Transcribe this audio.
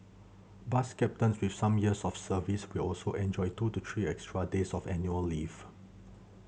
bus captains with some years of service will also enjoy two to three extra days of annual leave